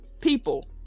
people